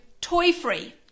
toy-free